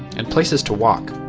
and places to walk.